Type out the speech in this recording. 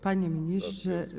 Panie Ministrze!